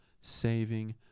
saving